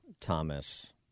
Thomas